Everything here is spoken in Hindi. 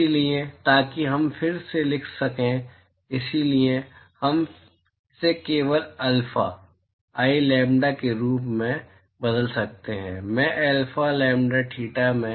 इसलिए ताकि हम फिर से लिख सकें इसलिए हम इसे केवल अल्फा I लैम्ब्डा के रूप में बदल सकते हैं मैं अल्फा लैम्ब्डा थीटा में